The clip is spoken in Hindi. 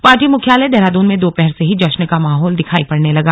पार्टी मुख्यालय देहरादून में दोपहर से ही जश्न का माहौल दिखाई पड़ने लगा